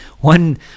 one